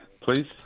please